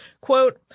quote